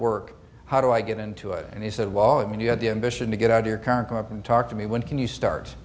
work how do i get into it and he said wall i mean you have the ambition to get out your current come up and talk to me when can you start